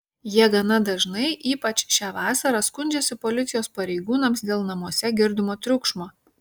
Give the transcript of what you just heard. jie gana dažnai ypač šią vasarą skundžiasi policijos pareigūnams dėl namuose girdimo triukšmo